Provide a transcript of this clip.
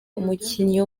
umukinnyi